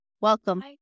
Welcome